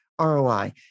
ROI